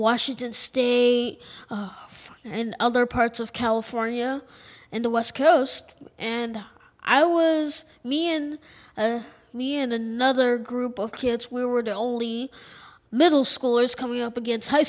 washington state and other parts of california and the west coast and i was mian me and another group of kids we were the only middle schoolers coming up against high